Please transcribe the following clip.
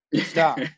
Stop